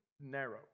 narrow